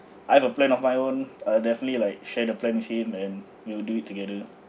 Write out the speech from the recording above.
I have a plan of my own I'll definitely like share the plan with him and we will do it together